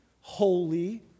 holy